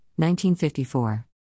1954